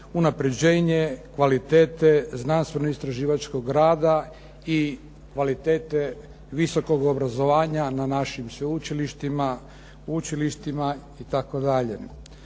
unapređenje kvalitete znanstveno-istraživačkog rada i kvalitete visokog obrazovanja na našim sveučilištima, učilištima itd.